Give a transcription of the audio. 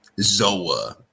Zoa